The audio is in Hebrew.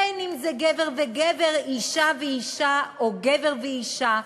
אם גבר וגבר, אישה ואישה או גבר ואישה.